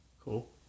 Cool